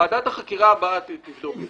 ועדת החקירה הבאה תבדוק את זה.